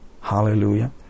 Hallelujah